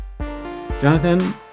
Jonathan